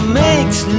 makes